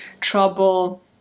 trouble